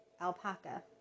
alpaca